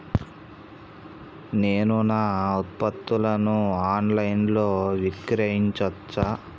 నేను నా ఉత్పత్తులను ఆన్ లైన్ లో విక్రయించచ్చా?